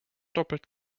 doppelt